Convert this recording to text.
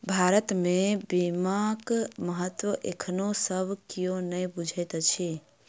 भारत मे बीमाक महत्व एखनो सब कियो नै बुझैत अछि